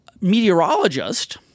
meteorologist